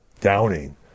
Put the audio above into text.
downing